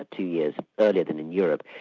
ah two years earlier than and europe.